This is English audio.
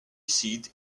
seat